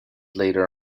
later